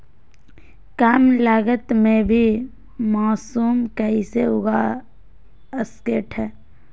कम लगत मे भी मासूम कैसे उगा स्केट है?